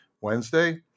Wednesday